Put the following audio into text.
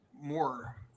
more